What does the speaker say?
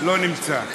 לא נמצא.